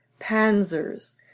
panzers